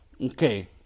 Okay